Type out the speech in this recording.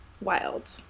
wild